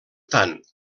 tant